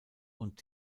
und